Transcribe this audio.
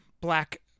black